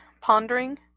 Pondering